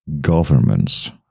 Governments